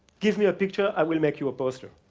give me a picture, i will make you a poster.